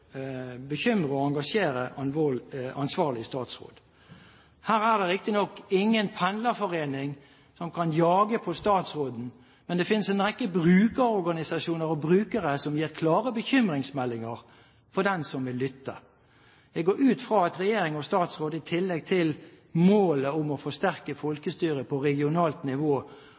bekymre og engasjere ansvarlig statsråd. Her er det riktignok ingen pendlerforening som kan jage på statsråden, men det finnes en rekke brukerorganisasjoner og brukere som gir klare bekymringsmeldinger for den som vil lytte. Jeg går ut fra at regjeringen og statsråden, i tillegg til målet om å «forsterke folkestyret på regionalt nivå